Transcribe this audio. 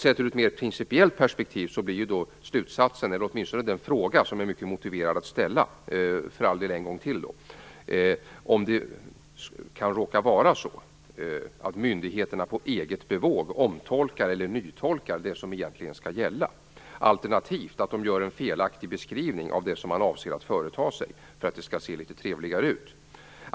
Sett ur ett mer principiellt perspektiv är det motiverat att en gång till ställa frågan om det kan råka vara så att myndigheterna på eget bevåg omtolkar eller nytolkar det som egentligen skall gälla. Alternativt gör de en felaktig beskrivning av det man avser att företa sig för att det skall se litet trevligare ut.